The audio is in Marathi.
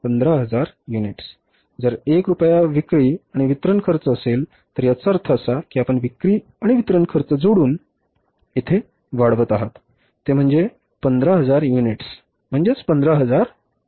15000 युनिट्स जर एक रुपया विक्री आणि वितरण खर्च असेल तर याचा अर्थ असा की आपण विक्री आणि वितरण खर्च जोडून येथे वाढवत आहात ते म्हणजे 15000 युनिट्सचे म्हणजे 15000 रुपये